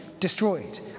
Destroyed